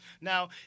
Now